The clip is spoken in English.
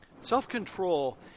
Self-control